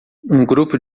grupo